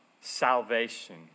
salvation